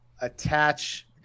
attach